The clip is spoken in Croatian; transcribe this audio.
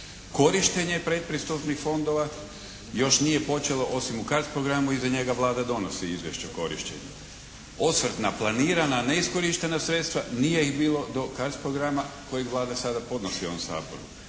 korištenje predpristupnih fondova još nije počelo osim u CARDS programu, iza njega Vlada donosi izvješće o korištenju. Osvrt na planirana, a neiskorištena sredstva, nije ih bilo do CARDS programa kojeg Vlada sada podnosi ovom